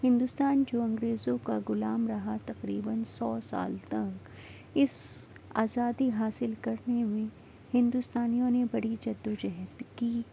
ہندوستان جو انگریزوں کا غلام رہا تقریباََ سو سال تک اس آزادی حاصل کرنے میں ہندوستانیوں نے بڑی جدوجہد کی